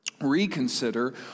reconsider